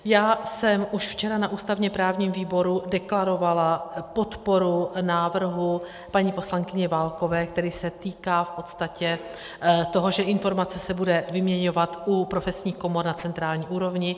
Já jsem už včera na ústavněprávním výboru deklarovala podporu návrhu paní poslankyně Válkové, který se týká v podstatě toho, že informace se bude vyměňovat u profesních komor na centrální úrovni.